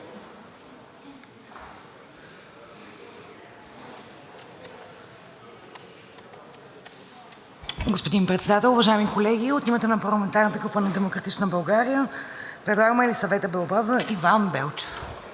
Господин Председател, уважаеми колеги! От името на парламентарната група на „Демократична България“ предлагаме Елисавета Белобрадова и Иван Белчев.